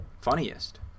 Funniest